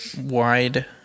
wide